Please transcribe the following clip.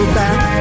back